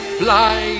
fly